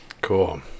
Cool